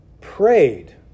prayed